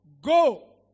Go